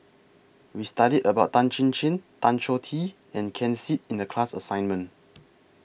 We studied about Tan Chin Chin Tan Choh Tee and Ken Seet in The class assignment